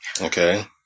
Okay